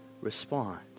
respond